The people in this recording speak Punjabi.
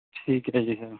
ਠੀਕ ਹੈ ਜੀ ਸਰ